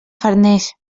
farners